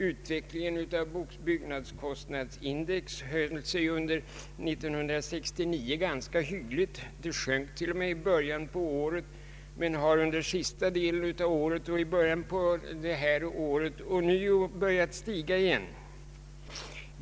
Utvecklingen av byggnadskostnadsindex höll sig under år 1969 ganska hygglig, det sjönk t.o.m. i början av året, men har under sista delen av året och i början av detta år ånyo börjat stiga igen.